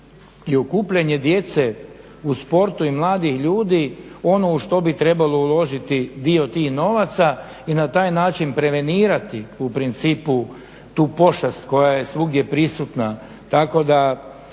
i okupljanje djece u sportu i mladih ljudi ono u što bi trebalo uložiti dio tih novaca i na taj način prevenirati u principu tu pošast koja je svuda prisutna.